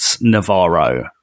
Navarro